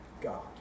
God